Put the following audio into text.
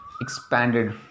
expanded